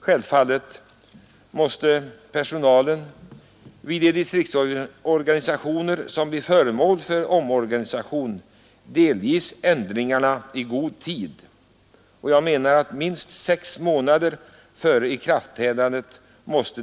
Självfallet måste personalen vid de distriktsorganisationer som blir föremål för omorganisation delges ändringarna i god tid — jag anser att detta måste ske minst sex månader före ikraftträdandet.